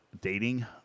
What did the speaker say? dating